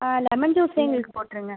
ஆ lemon ஜூஸ்ஸே எங்களுக்கு போட்ருங்க